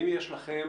האם יש לכם,